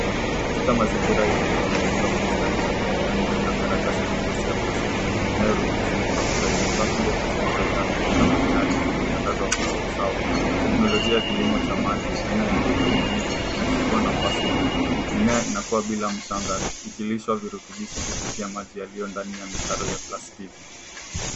Katika mazingira yaliyo tengenezwa kwa ustadi kwa kutumia miti na karatasi nyepesi ya plastiki inayo ruhusu mwanga kupenya. Rafu ndefu zilizo jaa mimea ya majani zimetandazwa kwa usawa. Teknolojia ya kilimo cha maji aina ya [cs ] hydroponic [cs ] ina chukua nafasi kuu. Mimea inakua bila mchanga ikilishwa virutubishi kupitia maji yaliyo ndani ya mtaro ya plastiki.